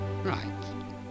right